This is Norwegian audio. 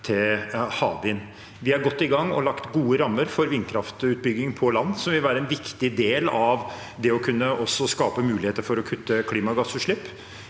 til havvind. Vi er godt i gang og har lagt gode rammer for vindkraftutbygging på land, som vil være en viktig del av også det å kunne skape muligheter for å kutte klimagassutslipp.